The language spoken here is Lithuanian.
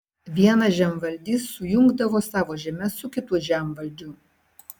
vienas žemvaldys sujungdavo savo žemes su kitu žemvaldžiu